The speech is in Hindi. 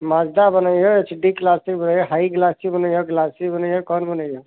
माजदा बनइहो एच डी क्लास के बनइहो हाई क्लास की बनइहो ग्लासी बनइहो कौन बनइहो